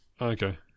Okay